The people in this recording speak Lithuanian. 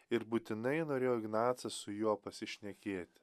ir būtinai norėjo ignacas su juo pasišnekėt